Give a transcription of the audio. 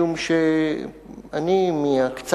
משום שאני, מהמעט